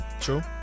true